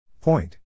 Point